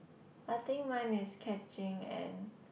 I think mine is catching and